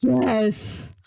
Yes